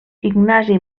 ignasi